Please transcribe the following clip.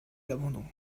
l’abandon